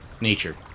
Nature